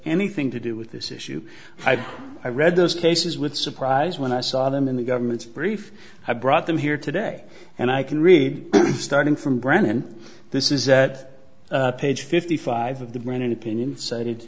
anything to do with this issue i read those cases with surprise when i saw them in the government's brief i brought them here today and i can read starting from brandon this is page fifty five of the granite opinion cited